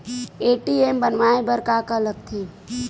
ATM बनवाय बर का का लगथे?